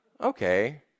okay